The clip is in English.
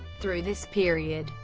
through this period,